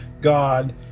God